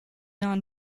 non